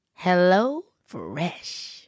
HelloFresh